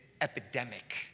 epidemic